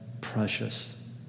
precious